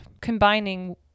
combining